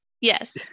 Yes